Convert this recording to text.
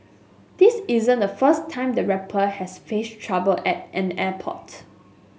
this isn't the first time the rapper has faced trouble at an airport